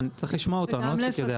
צריך לשמוע אותו, אני לא מספיק יודע.